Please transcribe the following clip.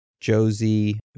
Josie